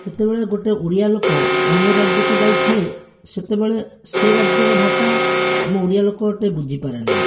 ଯେତେବଳେ ଗୋଟିଏ ଓଡ଼ିଆ ଲୋକ ଅନ୍ୟ ରାଜ୍ୟକୁ ଯାଇଥାଏ ସେତେବେଳେ ସେ ରାଜ୍ୟର ଭାଷା ଆମ ଓଡ଼ିଆ ଲୋକ ଗୋଟିଏ ବୁଝିପାରେନାହିଁ